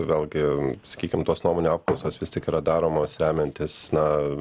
vėlgi sakykim tos nuomonių apklausos vis tik yra daromos remiantis na